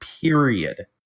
period